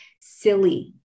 silly